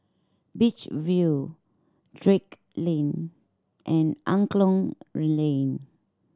Beach View Drake Lane and Angklong Lane